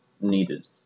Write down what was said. needed